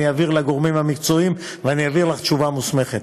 אני אעביר לגורמים המקצועיים ואני אעביר לך תשובה מוסמכת,